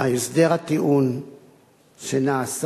הסדר הטיעון שנעשה